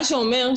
מה שאומר,